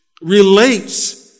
relates